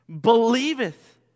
Believeth